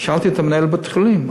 שאלתי את מנהל בית-החולים,